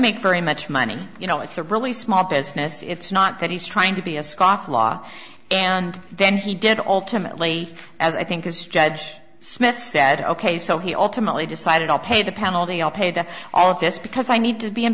make very much money you know it's a really small business it's not that he's trying to be a scofflaw and then he did all timidly as i think is judge smith said ok so he ultimately decided i'll pay the penalty i'll pay that all of this because i need to be in